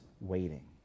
waiting